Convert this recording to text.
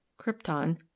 Krypton